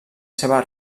seva